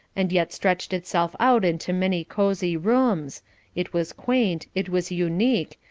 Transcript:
and yet stretched itself out into many cosy rooms it was quaint, it was unique,